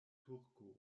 turko